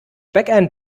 backend